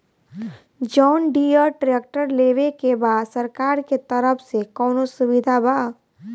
John Deere tractor लेवे के बा सरकार के तरफ से कौनो सुविधा बा?